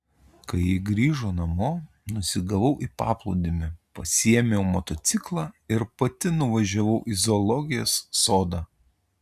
kai ji grįžo namo nusigavau į paplūdimį pasiėmiau motociklą ir pati nuvažiavau į zoologijos sodą